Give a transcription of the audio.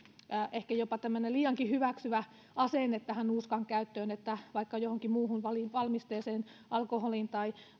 ehkä jopa liiankin hyväksyvä asenne nuuskan käyttöön että vaikka johonkin muuhun valmisteeseen alkoholiin tai